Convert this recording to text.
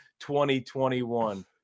2021